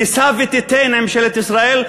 תישא ותיתן עם ממשלת ישראל,